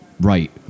right